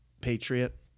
Patriot